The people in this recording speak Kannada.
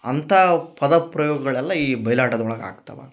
ಅಂಥಾ ಪದ ಪ್ರಯೋಗಗಳೆಲ್ಲ ಈ ಬಯಲಾಟದೊಳಗೆ ಆಗ್ತವ